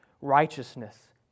righteousness